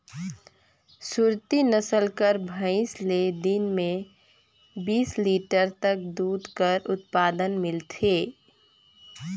सुरती नसल कर भंइस ले दिन में बीस लीटर तक दूद कर उत्पादन मिलथे